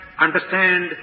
understand